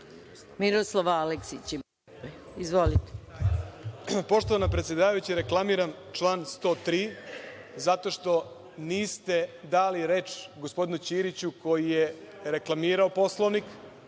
**Miroslav Aleksić** Poštovana predsedavajuća, reklamiram član 103. zato što niste dali reč gospodinu Ćiriću koji je reklamirao Poslovnik,